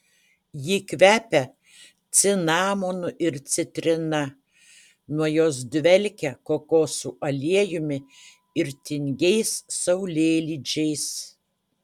ji kvepia cinamonu ir citrina nuo jos dvelkia kokosų aliejumi ir tingiais saulėlydžiais